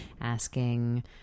asking